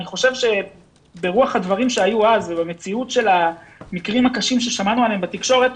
אני חושב שברוח הדברים שהיו אז והמקרים הקשים ששמענו עליהם בתקשורת,